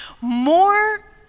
more